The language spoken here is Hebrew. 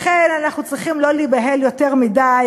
לכן אנחנו צריכים לא להיבהל יותר מדי,